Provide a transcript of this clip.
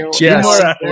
Yes